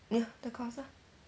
ya the course ah